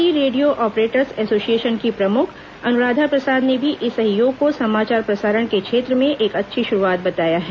भारतीय radio operators association की प्रमुख अनुराधा प्रसाद ने भी इस सहयोग को समाचार प्रसारण के क्षेत्र में एक अच्छी शुरूआत बताया है